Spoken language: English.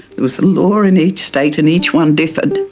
there was a law in each state and each one differed.